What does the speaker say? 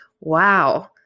wow